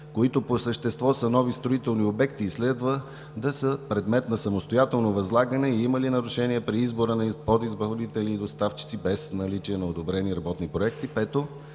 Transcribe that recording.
които по същество са нови строителни обекти и следва да са предмет на самостоятелно възлагане и има ли нарушения при избора на подизпълнители и доставчици, без наличие на одобрени работни проекти.